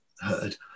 heard